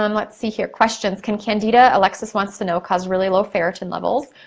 um let's see here. questions, can candida, alexis wants to know, cause really low ferritin levels?